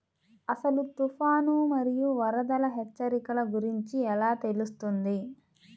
అసలు తుఫాను మరియు వరదల హెచ్చరికల గురించి ఎలా తెలుస్తుంది?